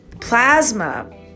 plasma